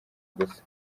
gusa